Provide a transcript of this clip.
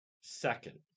second